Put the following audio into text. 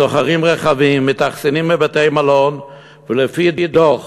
שוכרים רכבים, מתאכסנים בבתי-מלון, ולפי דוח